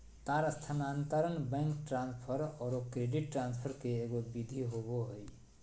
तार स्थानांतरण, bank transfer औरो क्रेडिट ट्रांसफ़र के एगो विधि होबो हइ